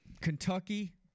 Kentucky